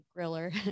griller